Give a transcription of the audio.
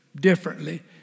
differently